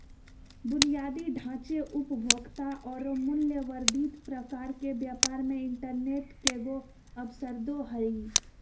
बुनियादी ढांचे, उपभोक्ता औरो मूल्य वर्धित प्रकार के व्यापार मे इंटरनेट केगों अवसरदो हइ